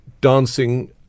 dancing